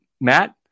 Matt